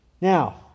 Now